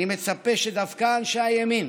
אני מצפה שדווקא אנשי הימין